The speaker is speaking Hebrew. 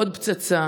עוד פצצה,